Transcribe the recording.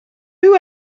who